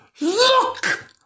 look